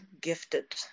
gifted